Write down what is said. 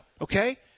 Okay